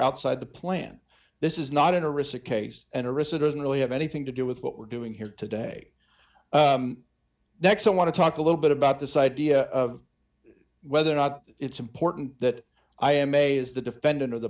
outside the plan this is not in a recent case and arista doesn't really have anything to do with what we're doing here today next i want to talk a little bit about this idea of whether or not it's important that i am a is the defendant or the